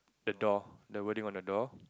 the door the wording on the door